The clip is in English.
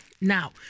now